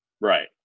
Right